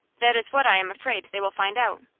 that is what i am afraid they will find out.